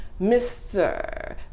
Mr